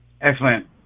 Excellent